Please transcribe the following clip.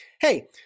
Hey